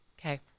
Okay